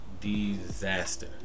disaster